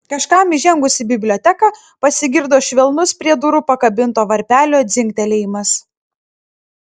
kažkam įžengus į biblioteką pasigirdo švelnus prie durų pakabinto varpelio dzingtelėjimas